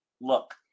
look